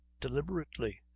deliberately